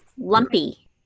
Lumpy